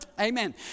Amen